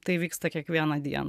tai vyksta kiekvieną dieną